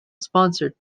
sponsored